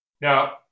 Now